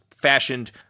fashioned